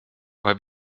weil